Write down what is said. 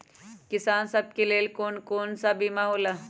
किसान सब के लेल कौन कौन सा बीमा होला?